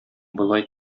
болай